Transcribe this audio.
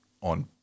on